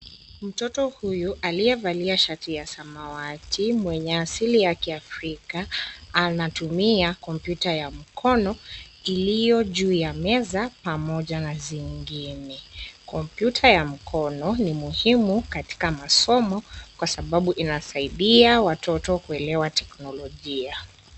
Mtoto huyu aliyevalia shati ya samawati mwenye asili ya kiafrika anatumia kompyuta ya mkono iliyo juu ya meza pamoja na zingine, kompyuta ya mkono ni muhimu katika masomo Kwa sababu inasaidia watoto kuelewa teknolojia.